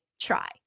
try